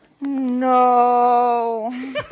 No